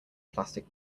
plastic